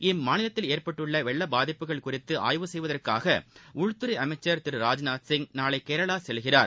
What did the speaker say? இம்மாநிலத்தில் ஏற்பட்டுள்ளவெள்ளபாதிப்புகள் குறித்துஆய்வு செய்வதற்காகஉள்துறைஅமைச்சா் திரு ராஜ்நாத்சிங் நாளைகேரளாசெல்கிறார்